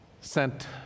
sent